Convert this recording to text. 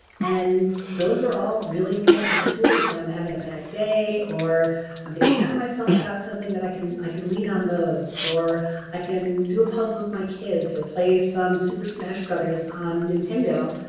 and those are all really important tools when i'm having a bad day, or i'm getting down on myself about something, that i can i can lean on those or i can do a puzzle with my kids, or plays some super smash brothers on nintendo.